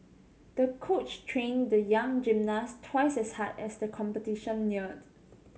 the coach trained the young gymnast twice as hard as the competition neared